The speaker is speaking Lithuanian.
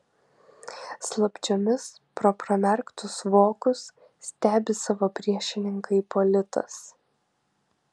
slapčiomis pro pramerktus vokus stebi savo priešininką ipolitas